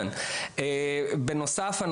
בנוסף,